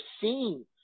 seen